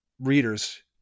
readers